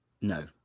No